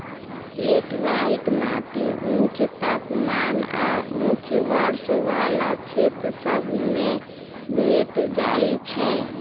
laterite माटि उच्च तापमान आऽ उच्च वर्षा वला क्षेत्र सभ में भेंट जाइ छै